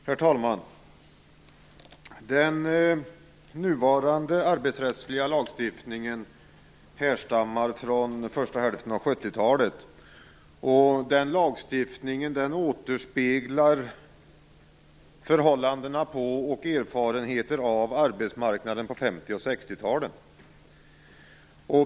Herr talman! Den nuvarande arbetsrättsliga lagstiftningen härstammar från första hälften av 70-talet. Lagstiftningen återspeglar förhållanden på och erfarenheter av arbetsmarknaden på 50 och 60-talen.